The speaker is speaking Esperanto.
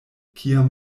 kiam